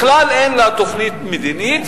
בכלל אין לה תוכנית מדינית,